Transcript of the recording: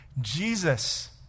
Jesus